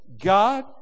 God